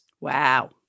Wow